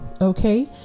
okay